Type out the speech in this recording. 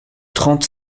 trente